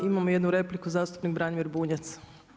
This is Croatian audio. Imamo jednu repliku zastupnik Branimir Bunjac.